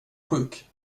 sjuk